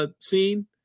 scene